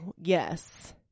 yes